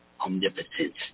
Omnipotent